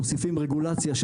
מוסיפים רגולציה,